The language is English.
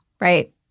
right